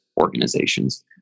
organizations